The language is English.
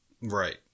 Right